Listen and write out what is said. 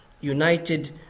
United